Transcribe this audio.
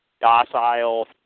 docile